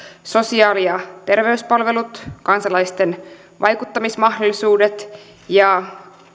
sosiaali ja terveyspalvelut kansalaisten vaikuttamismahdollisuudet ja